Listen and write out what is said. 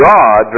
God